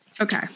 Okay